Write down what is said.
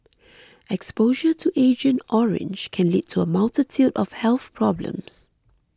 exposure to Agent Orange can lead to a multitude of health problems